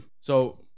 So-